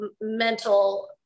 mental